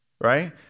right